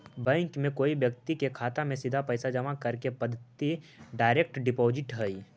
bank में कोई व्यक्ति के खाता में सीधा पैसा जमा करे के पद्धति डायरेक्ट डिपॉजिट हइ